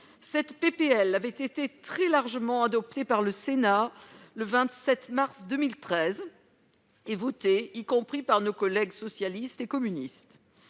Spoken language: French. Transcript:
de loi avait été très largement adoptée par le Sénat le 27 mars 2013, avec les voix de nos collègues socialistes et communistes.